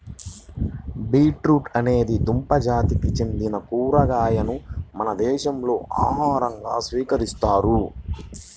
beetroot అనేది దుంప జాతికి చెందిన కూరగాయను మన దేశంలో ఆహారంగా స్వీకరిస్తారు